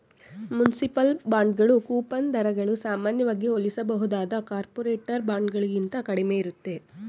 municipal ಬಾಂಡ್ಗಳು coupon ದರಗಳು ಸಾಮಾನ್ಯವಾಗಿ ಹೋಲಿಸಬಹುದಾದ ಕಾರ್ಪೊರೇಟರ್ ಬಾಂಡ್ಗಳಿಗಿಂತ ಕಡಿಮೆ ಇರುತ್ತೆ